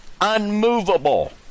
unmovable